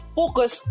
focus